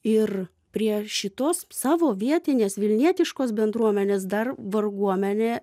ir prie šitos savo vietinės vilnietiškos bendruomenės dar varguomenė